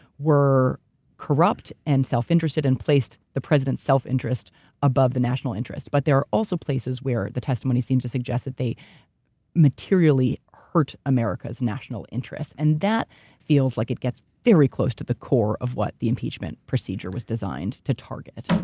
were corrupt and self-interested, and placed the president's self-interest above the national interest. but there are also places where the testimony seems to suggest that they materially hurt america's national interests. and that feels like it gets very close to the core of what the impeachment procedure was designed to target.